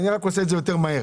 רק עושה את זה מהר יותר.